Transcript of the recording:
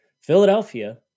Philadelphia